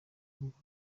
ntabwo